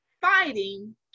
fighting